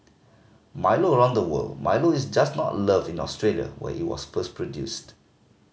Milo around the world Milo is just not loved in Australia where it was first produced